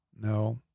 No